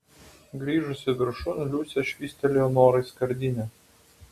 grįžusi viršun liusė švystelėjo norai skardinę